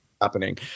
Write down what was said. happening